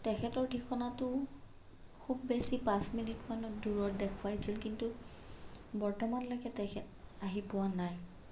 তেখেতৰ ঠিকনাটোও খুব বেছি পাঁচ মিনিটমানত দূৰত দেখুৱাইছিল কিন্তু বৰ্তমানলৈকে তেখেত আহি পোৱা নাই